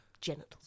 genitals